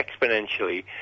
exponentially